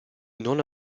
non